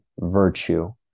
virtue